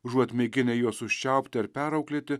užuot mėginę juos užčiaupti ar perauklėti